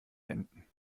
enten